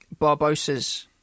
Barbosa's